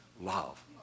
Love